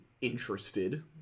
interested